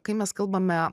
kai mes kalbame